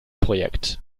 projekt